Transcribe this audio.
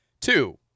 Two